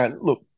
look